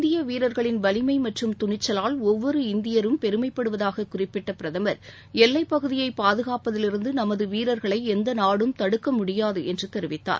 இந்திய வீரர்களின் வலிமை மற்றும் தைரியத்தால் ஒவ்வொரு இந்தியரும் பெருமைப்படுவதாக குறிப்பிட்ட பிரதமர் எல்லைப் பகுதியை பாதுகாப்பதிலிருந்து நமது வீரர்களை எந்த நாடும் தடுக்க முடியாது என்று தெரிவித்தார்